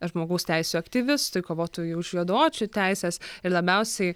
žmogaus teisių aktyvistui kovotojui už juodaodžių teises ir labiausiai